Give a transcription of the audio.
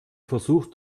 versucht